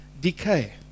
decay